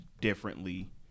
differently